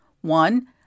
One